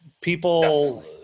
people